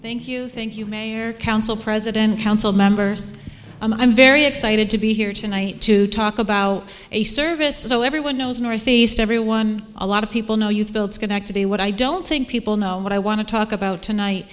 thank you thank you mayor council president council members i'm very excited to be here tonight to talk about a service so everyone knows northeast everyone a lot of people know you've built schenectady what i don't think people know what i want to talk about tonight